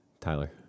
Tyler